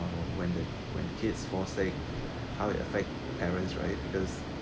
um when the when the kids fall sick how it affect parents right just